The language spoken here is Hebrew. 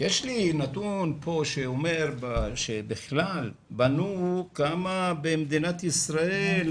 יש לי נתון שאומר שבכלל בנו במדינת ישראל